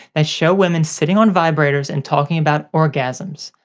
that show women sitting on vibrators and talking about orgasms,